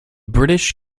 british